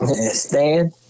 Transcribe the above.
Stan